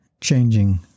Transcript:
changing